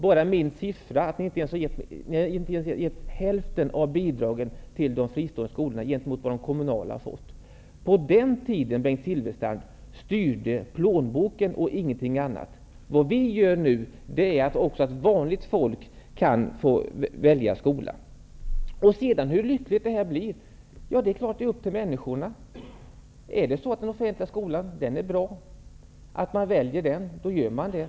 Ni har inte ens gett hälften av bidraget till de fristående skolorna jämfört med vad de kommunala skolorna fått. På den tiden, Bengt Silfverstrand, styrde plånboken och ingenting annat. Vad vi nu gör är att vi ser till att även vanligt folk kan få välja skola. Hur lyckligt detta kommer att utfalla beror på hur människor kommer att välja. Anser man att de offentliga skolorna är bra, väljer man en sådan.